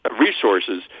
resources